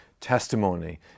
testimony